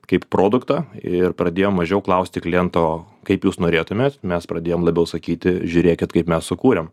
kaip produktą ir pradėjom mažiau klausti kliento kaip jūs norėtumėt mes pradėjom labiau sakyti žiūrėkit kaip mes sukūrėm